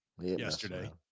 yesterday